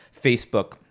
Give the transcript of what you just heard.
Facebook